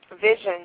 vision